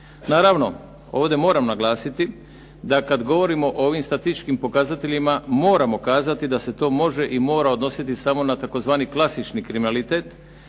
Naravno, ovdje moram naglasiti da kad govorimo o ovim statističkim pokazateljima moramo kazati da se to može i mora odnositi samo na tzv. klasični kriminalitet,